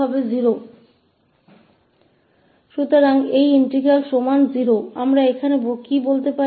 तो इस समाकल को 0 के बराबर रखते हुए अब हम क्या कह सकते हैं